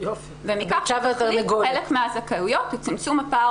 ומכך שתכלית חלק מהזכאויות הוא צמצום הפער